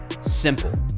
simple